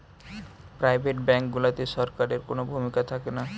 private bank গুলাতে সরকারের কুনো ভূমিকা থাকেনা